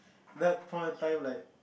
that point of time like